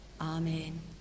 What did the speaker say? Amen